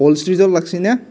লাগচি না